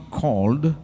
called